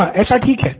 हाँ ऐसा ठीक है